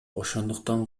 ошондуктан